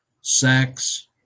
sex